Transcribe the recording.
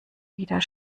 wieder